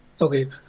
Okay